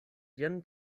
jen